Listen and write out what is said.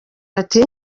ati